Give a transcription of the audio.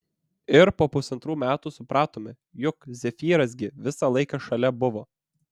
ir po pusantrų metų supratome juk zefyras gi visą laiką šalia buvo